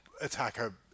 attacker